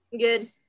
Good